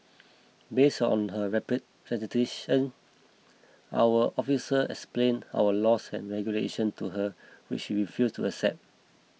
base on her representation our officer explained our laws and regulation to her which she refused to accept